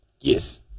Yes